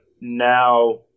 now